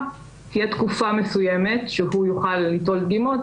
תהיה תקופה מסוימת שהוא יוכל ליטול דגימות,